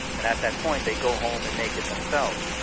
and at that point they go home and make it themselves.